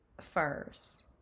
first